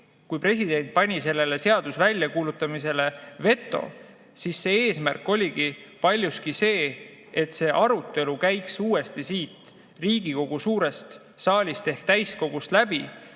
kui president pani selle seaduse väljakuulutamisele veto, siis selle eesmärk oligi paljuski see, et see arutelu käiks uuesti siit Riigikogu suurest saalist ehk täiskogust läbi.